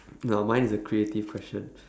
no mine is a creative question